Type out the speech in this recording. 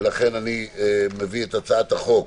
ולכן אני מביא את הצעת החוק